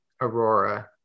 Aurora